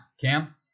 Cam